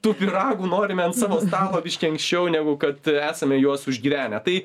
tų pyragų norime ant savo stalo biškį anksčiau negu kad esame juos užgyvenę tai